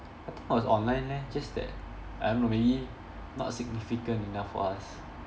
I think it was online leh just that I don't know maybe not significant enough for us